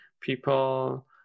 people